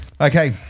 Okay